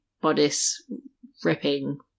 bodice-ripping